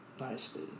nicely